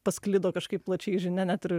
pasklido kažkaip plačiai žinia net ir